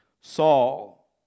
Saul